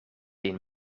een